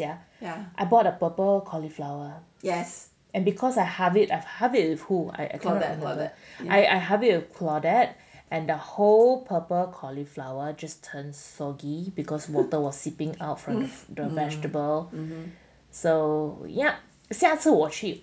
yeah yeah I bought a purple cauliflower yes and because I have it I've half it with who I I that another I I have a claudet that and the whole purple cauliflower just turned soggy because water was seeping out from the vegetable so yup 下次我去